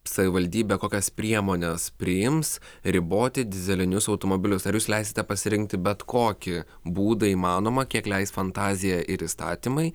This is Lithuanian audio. savivaldybė kokias priemones priims riboti dyzelinius automobilius ar jūs leisite pasirinkti bet kokį būdą įmanomą kiek leis fantazija ir įstatymai